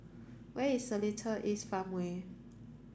where is Seletar East Farmway